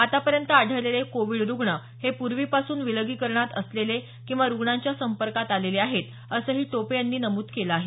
आतापर्यंत आढळलेले कोविड रुग्ण हे पूर्वीपासून विलगीकरणात असलेले किंवा रुग्णांच्या संपर्कात आलेले आहेत असंही टोपे यांनी नमूद केलं आहे